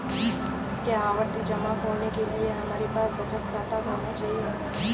क्या आवर्ती जमा खोलने के लिए हमारे पास बचत खाता होना चाहिए?